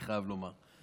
אני חייב לומר.